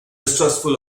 distrustful